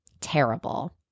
terrible